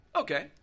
Okay